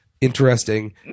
Interesting